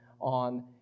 on